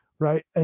Right